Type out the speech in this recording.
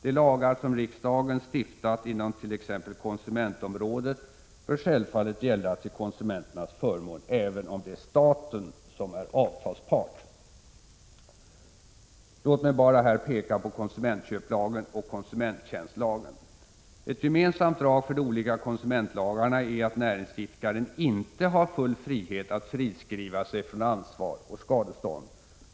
De lagar som riksdagen stiftat inom t.ex. konsumentområdet bör självfallet gälla till konsumenternas förmån, även om det är staten som är avtalspart. Låt mig här bara peka på konsumentköplagen och konsumenttjänstlagen. Ett gemensamt drag för de olika konsumentlagarna är att näringsidkaren inte har full frihet att friskriva sig från ansvar och skadestånd.